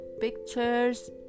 pictures